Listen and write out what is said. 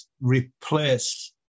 replace